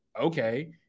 okay